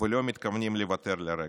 ולא מתכוונים לוותר לרגע,